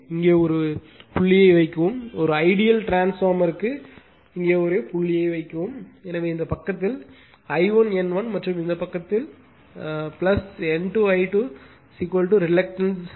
இங்கே ஒரு புள்ளியை வைக்கவும் ஒரு ஐடியல் டிரான்ஸ்பார்மர்க்கு இங்கே ஒரு புள்ளியை வைக்கவும் எனவே இந்த பக்கத்தில் I1 N1 மற்றும் இந்த பக்கத்தில் N2 I2 ரிலக்டன்ஸ் ∅